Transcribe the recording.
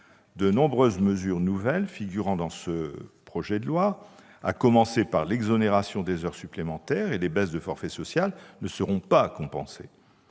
de nombreuses mesures nouvelles figurant dans ce texte, à commencer par l'exonération des heures supplémentaires et les baisses de forfait social, ne seront pas compensées.